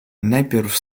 najpierw